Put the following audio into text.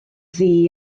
ddu